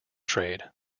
trade